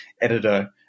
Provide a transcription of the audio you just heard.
editor